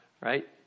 right